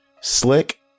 slick